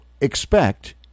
expect